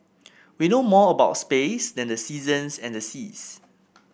we know more about space than the seasons and the seas